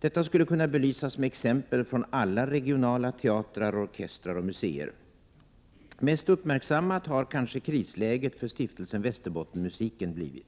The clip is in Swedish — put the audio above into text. Detta skulle kunna belysas med exempel från alla regionala teatrar, orkestrar och museer. Mest uppmärksammat har kanske krisläget för Stiftelsen Västerbottensmusiken blivit.